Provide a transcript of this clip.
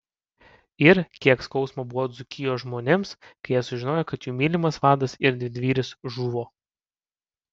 ir kiek skausmo buvo dzūkijos žmonėms kai jie sužinojo kad jų mylimas vadas ir didvyris žuvo